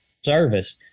service